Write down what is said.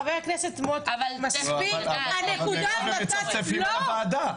חבר הכנסת סמוטריץ' מספיק -- אבל מירב הם מצפצפים על הוועדה.